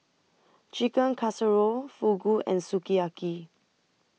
Chicken Casserole Fugu and Sukiyaki